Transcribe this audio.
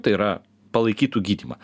tai yra palaikytų gydymą